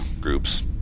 groups